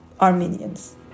Armenians